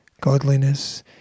Godliness